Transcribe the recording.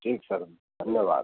जी sir धन्यवाद